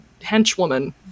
henchwoman